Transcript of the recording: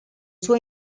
suo